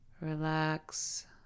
Relax